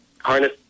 harness